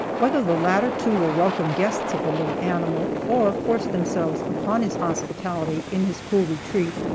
whether the latter two were welcome guests of the little animal, or forced themselves upon his hospitality, in his cool retreat,